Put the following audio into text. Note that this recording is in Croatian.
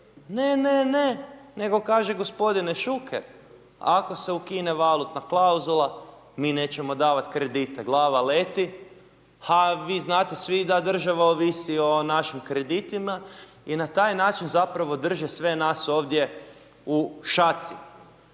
ne, ne, ne, nego kaže gospodine Šuker ako se ukine valutna klauzula, mi nećemo davati kredite, glava leti, ha vi znate svi da država ovisi o našim kreditima i na taj način zapravo drže sve nas ovdje u šaci.